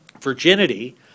Virginity